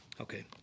Okay